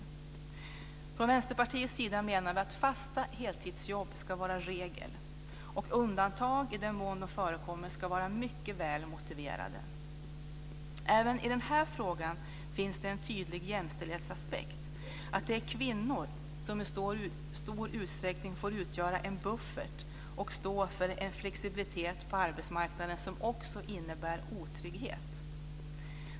Vi från Vänsterpartiet menar att fasta heltidsjobb ska vara regel, och undantag, i den mån de förekommer, ska vara mycket väl motiverade. Även i denna fråga finns det en tydlig jämställdhetsaspekt. Det är kvinnor som i stor utsträckning får utgöra en buffert och stå för en flexibilitet på arbetsmarknaden som också innebär otrygghet.